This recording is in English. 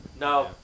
No